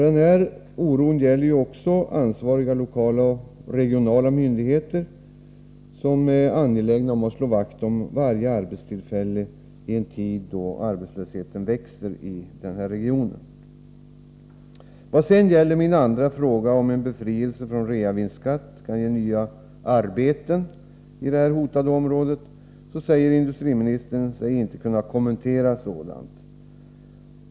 Denna oro känner också ansvariga lokala och regionala myndigheter, som är angelägna om att slå vakt om varje arbetstillfälle i en tid då arbetslösheten växer i den här regionen. Vad sedan gäller min andra fråga, huruvida befrielsen från reavinstskatt kan ge nya arbetstillfällen i det hotade området, säger sig industriministern inte kunna kommentera sådant.